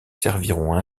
serviront